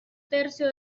tercio